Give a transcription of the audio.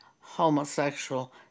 homosexual